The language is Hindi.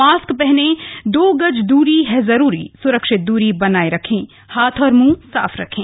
मास्क पहने दो गज दूरी है जरूरी स्रक्षित दूरी बनाए रखें हाथ और मुंह साफ रखें